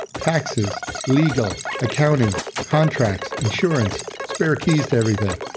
taxes, legal, accounting, contracts, insurance, spare keys to everything,